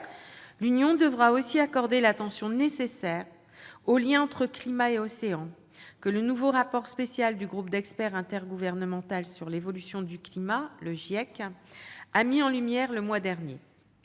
L'Union devra aussi accorder l'attention nécessaire au lien entre climat et océans, que le nouveau rapport spécial du Groupe d'experts intergouvernemental sur l'évolution du climat, le Giec, a mis en lumière le mois dernier.